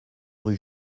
rue